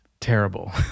Terrible